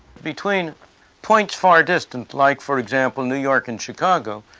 between points far distant, like for example new york and chicago,